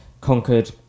conquered